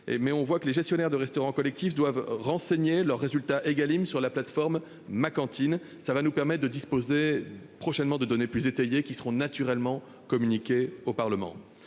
mais on voit que les gestionnaires de restaurants collectifs doivent renseigner leurs résultats Egalim sur la plateforme ma cantine ça va nous permet de disposer prochainement de données plus détaillées qui seront naturellement communiqué au Parlement.